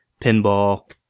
pinball